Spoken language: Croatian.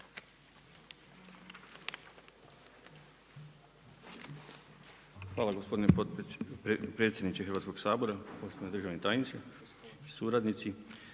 Hvala gospodine predsjedniče Hrvatskog sabora, poštovani državni tajniče, suradnici.